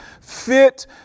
fit